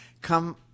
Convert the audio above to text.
Come